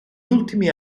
ultimi